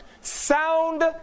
Sound